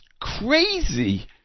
crazy